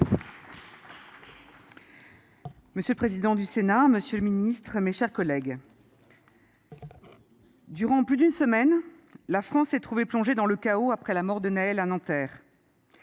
Monsieur le président, monsieur le ministre, mes chers collègues, durant plus d’une semaine, la France s’est trouvée plongée dans le chaos après la mort de Nahel à Nanterre.